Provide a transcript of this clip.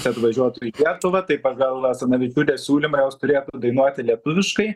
atvažiuotų į lietuvą tai pagal asanavičiūtės siūlymą jos turėtų dainuoti lietuviškai